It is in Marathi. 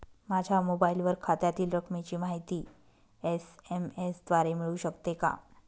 माझ्या मोबाईलवर खात्यातील रकमेची माहिती एस.एम.एस द्वारे मिळू शकते का?